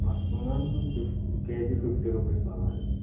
muskmelon fif KG fifty rupees లాగా అయితే